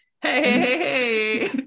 hey